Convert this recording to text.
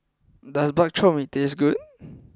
does Bak Chor Mee taste good